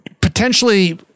potentially